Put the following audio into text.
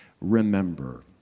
remember